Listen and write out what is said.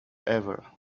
ever